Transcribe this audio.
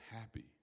happy